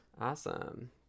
Awesome